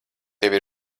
tevi